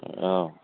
औ